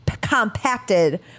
compacted